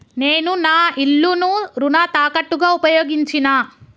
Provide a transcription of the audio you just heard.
నేను నా ఇల్లును రుణ తాకట్టుగా ఉపయోగించినా